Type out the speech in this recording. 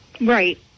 right